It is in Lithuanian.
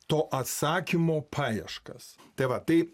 to atsakymo paieškas tai va tai